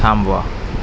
थांबवा